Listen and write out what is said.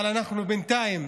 אבל אנחנו בינתיים